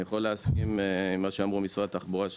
אני יכול להסכים עם מה שאמרו במשרד התחבורה,